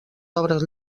obres